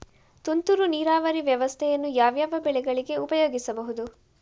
ತುಂತುರು ನೀರಾವರಿ ವ್ಯವಸ್ಥೆಯನ್ನು ಯಾವ್ಯಾವ ಬೆಳೆಗಳಿಗೆ ಉಪಯೋಗಿಸಬಹುದು?